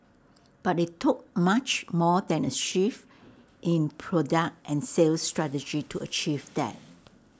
but IT took much more than A shift in product and sales strategy to achieve that